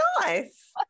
nice